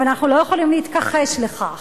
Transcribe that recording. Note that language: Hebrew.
אבל אנחנו לא יכולים להתכחש לכך